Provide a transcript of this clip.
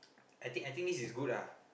I think I think this is good ah